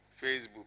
Facebook